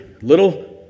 little